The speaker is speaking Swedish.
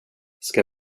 ska